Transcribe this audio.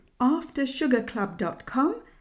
AfterSugarClub.com